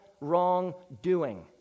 wrongdoing